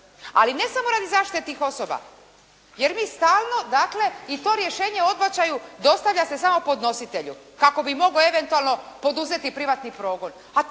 ali ne samo radi zaštite tih osoba jer mi stalno dakle, i to rješenje o odbačaju dostavlja se samo podnositelju kako bi mogao eventualno poduzeti privatni progon